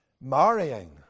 marrying